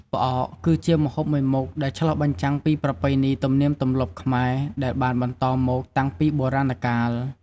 ផ្អកគឺជាម្ហូបមួយមុខដែលឆ្លុះបញ្ចាំងពីប្រពៃណីទំនៀមទម្លាប់ខ្មែរ ដែលបានបន្តមកតាំងពីបុរាណកាល។